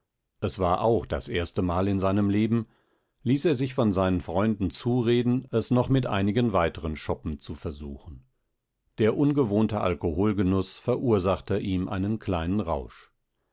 es war auch das erstemal in seinem leben ließ er sich von seinen freunden zureden es noch mit einigen weiteren schoppen zu versuchen der ungewohnte alkoholgenuß verursachte te ihm einen kleinen rausch